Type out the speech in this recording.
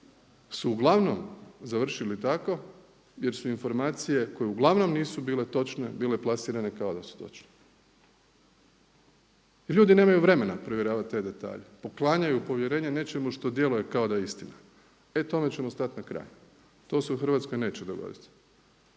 su uglavnom završili tako jer su informacije, uglavnom nisu bile točne bile plasirane kao da su točne. Jer ljudi nemaju vremena provjeravati te detalje, poklanjaju povjerenje nečemu što djeluje kao da je istina. E tome ćemo stati na kraj, to se u Hrvatskoj neće dogoditi